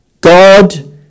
God